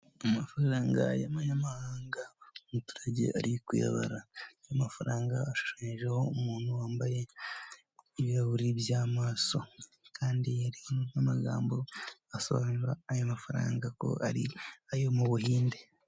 Amafaranga y'abanyamahanga umuturage ari kuyabara, amafaranga ashushanyijeho umuntu wambaye ibirahuri by'amaso, kandi hari n'amagambo asobanura aya mafaranga ko ari ayo mu Buhinde.